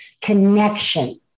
connection